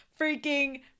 freaking